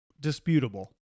disputable